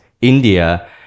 india